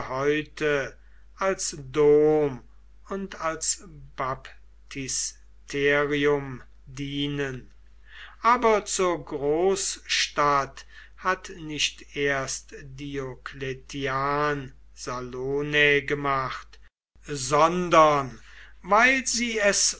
als dom und als papistische dienen aber zur großstadt hat nicht erst diocletian salonae gemacht sondern weil sie es